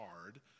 hard